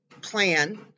plan